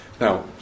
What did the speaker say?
Now